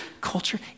culture